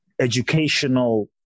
educational